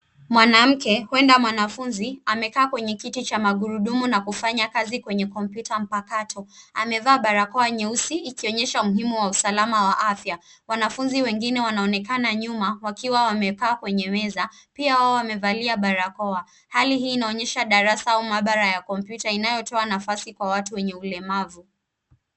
Mwanamke, huenda mwanafunzi, amekaa kwenye kiti cha magurudumu na kufanya kazi kwenye kompyuta mpakato. Amevaa barakoa nyeusi ikionyesha umuhimu wa usalama wa afya. Wanafunzi wengine wanaonekana nyuma, wakiwa wamekaa kwenye meza. Pia wao wamevalia barakoa, hali hii inaonyesha darasa au maabara ya kompyuta inayotoa nafasi kwa watu wenye ulemavu.